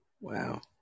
Wow